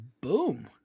Boom